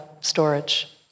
storage